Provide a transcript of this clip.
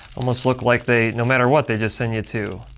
almost look like they, no matter what, they just send you two.